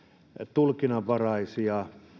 tulkinnanvaraisia